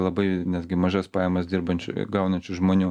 labai netgi mažas pajamas dirbančiųjų gaunančių žmonių